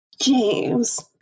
James